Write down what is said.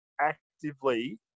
actively